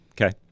Okay